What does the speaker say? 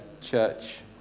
church